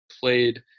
played